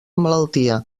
malaltia